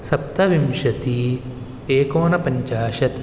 सप्तविंशतिः एकोनपञ्चाशत्